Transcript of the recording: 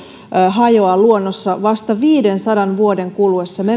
hajoaa luonnossa vasta viidensadan vuoden kuluessa